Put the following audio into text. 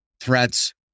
threats